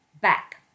back